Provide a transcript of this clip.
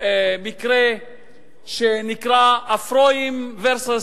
מקרה שנקרא Afroyim v.